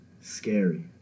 Scary